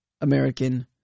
American